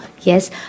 yes